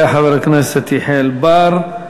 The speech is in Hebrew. יעלה חבר הכנסת יחיאל בר,